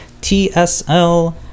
TSL